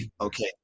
okay